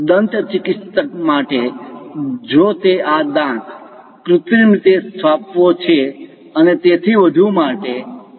દંત ચિકિત્સક માટે જો તે આ દાંત કૃત્રિમ રીતે સ્થાપવો છે અને તેથી વધુ માટે છે